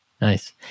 Nice